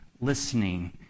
listening